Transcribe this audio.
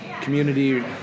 community